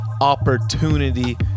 opportunity